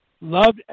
loved